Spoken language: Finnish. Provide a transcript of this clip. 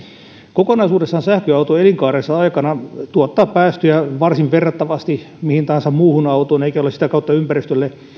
kokonaisuudessaan sähköauto elinkaarensa aikana tuottaa päästöjä varsin verrattavasti mihin tahansa muuhun autoon eikä ole sitä kautta ympäristölle